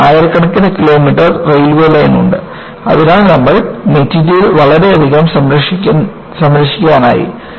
നമുക്ക് ആയിരക്കണക്കിന് kilometre railway line ഉണ്ട് അതിനാൽ നമ്മൾ മെറ്റീരിയൽ വളരെയധികം സംരക്ഷിക്കാനായി